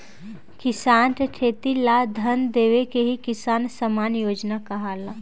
किसान के खेती ला धन देवे के ही किसान सम्मान योजना कहाला